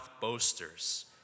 boasters